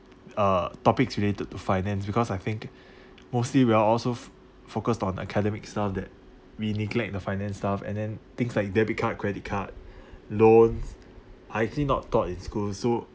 uh topics related to finance because I think mostly we are all so focused on academic stuff that we neglect the finance stuff and then things like debit card credit card loans are actually not taught in schools so